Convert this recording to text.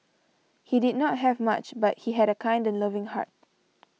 he did not have much but he had a kind and loving heart